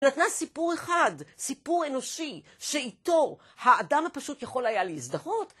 נתנה סיפור אחד, סיפור אנושי, שאיתו האדם הפשוט יכול היה להזדהות